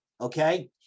Okay